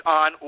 on